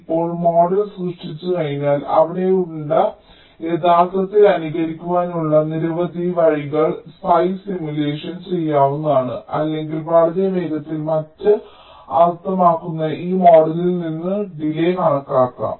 ഇപ്പോൾ മോഡൽ സൃഷ്ടിച്ചുകഴിഞ്ഞാൽ അവിടെയുണ്ട് യഥാർത്ഥത്തിൽ അനുകരിക്കാനുള്ള നിരവധി വഴികൾ സ്പൈസ് സിമുലേഷൻ ചെയ്യാവുന്നതാണ് അല്ലെങ്കിൽ വളരെ വേഗത്തിൽ മറ്റ് അർത്ഥമാക്കുന്നു ഈ മോഡലിൽ നിന്ന് ഡിലേയ് കണക്കാക്കാം